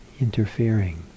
interfering